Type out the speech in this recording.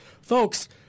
Folks